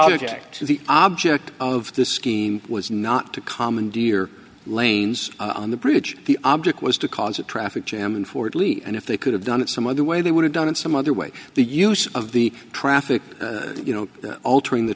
object the object of this scheme was not to commandeer lanes on the bridge the object was to cause a traffic jam in fort lee and if they could have done it some other way they would have done it some other way the use of the traffic you know altering the